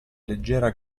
leggera